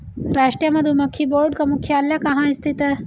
राष्ट्रीय मधुमक्खी बोर्ड का मुख्यालय कहाँ स्थित है?